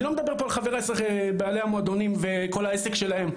אני לא מדבר פה על חבריי בעלי המועדונים וכל העסק שלהם,